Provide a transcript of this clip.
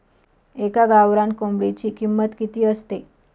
एका गावरान कोंबडीची किंमत किती असते?